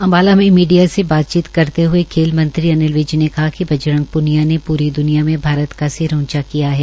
अम्बाला में मीडिया से बातचीत करते हए अनिल विज ने कहा कि बजरंग पुनिया ने पुरी दुनिया मे भारत का सिर ऊंचा किया है